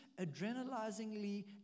adrenalizingly